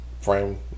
frame